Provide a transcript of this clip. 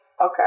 Okay